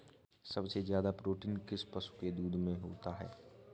सबसे ज्यादा प्रोटीन किस पशु के दूध में होता है?